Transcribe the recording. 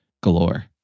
galore